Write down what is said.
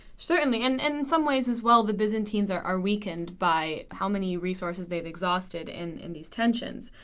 certainly, and in some ways as well the byzantines are are weakened by how many resources they've exhausted in in these tensions.